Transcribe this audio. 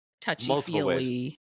touchy-feely